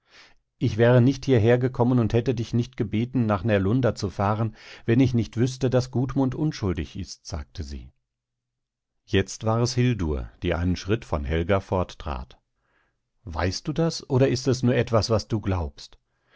ich wäre nicht hierher gekommen und hätte dich nicht gebeten nach närlunda zu fahren wenn ich nicht wüßte daß gudmund unschuldig ist sagte sie jetzt war es hildur die einen schritt von helga forttrat weißt du das oder ist es nur etwas was du glaubst